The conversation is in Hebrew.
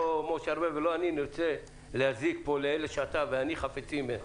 לא משה ארבל ולא אני נרצה להזיק פה לאלה שאתה ואני חפצים ביקרם.